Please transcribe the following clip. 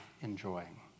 enjoying